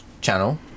channel